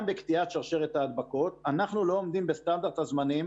גם בקטיעת שרשרת ההדבקות אנחנו לא עומדים בסטנדרט הזמנים